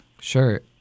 Sure